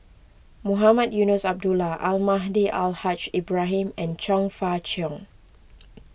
Mohamed Eunos Abdullah Almahdi Al Haj Ibrahim and Chong Fah Cheong